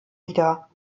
wieder